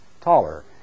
taller